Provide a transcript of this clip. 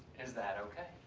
is that okay?